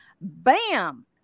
Bam